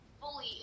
fully